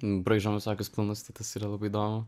braižom visokius planus tai tas yra labai įdomu